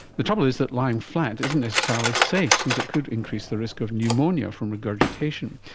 the trouble is that lying flat isn't necessarily safe since it could increase the risk of pneumonia from regurgitation.